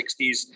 1960s